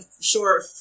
sure